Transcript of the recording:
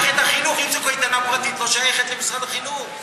קייטנה פרטית, לא שייכת למשרד החינוך.